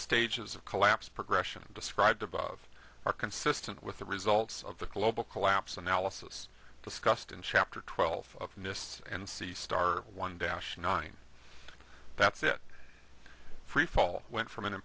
stages of collapse progression described above are consistent with the results of the global collapse analysis discussed in chapter twelve mists and sistar one dash nine that's it freefall went from an